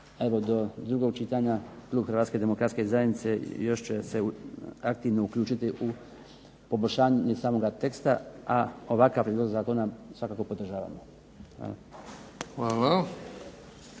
evo do drugog čitanja Klub Hrvatske demokratske zajednice još će se aktivno uključiti u poboljšanje samoga teksta, a ovakav prijedlog zakona svakako podržavamo. Hvala.